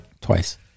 Twice